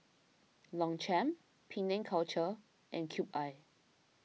Longchamp Penang Culture and Cube I